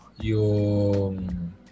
yung